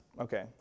okay